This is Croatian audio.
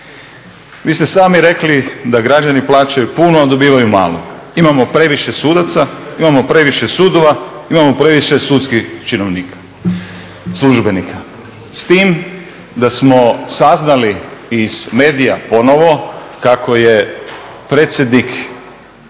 Vi ste sami rekli da građani plaćaju puno a dobivaju malo. Imam previše sudaca, imamo previše sudova, imamo previše sudskih činovnika, službenika. S tim da smo saznali iz medija ponovno kako je predsjednik